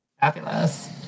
Fabulous